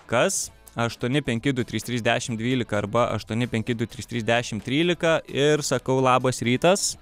kas aštuoni penki du trys trys dešim dvylika arba aštuoni penki du trys trys dešim trylika ir sakau labas rytas